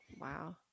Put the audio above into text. Wow